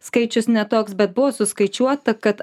skaičius ne toks bet buvo suskaičiuota kad